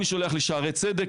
אני שולח לשערי צדק,